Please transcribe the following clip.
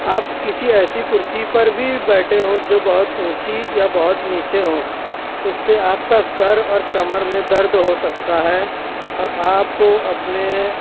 آپ کسی ایسی کرسی پر بھی بیٹھے ہوں جو بہت اونچی یا بہت نیچے ہو اس سے آپ کا سر اور کمر میں درد ہو سکتا ہے اور آپ کو اپنے